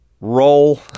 roll